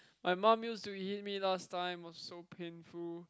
my mum used to hit me last time was so painful